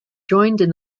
joined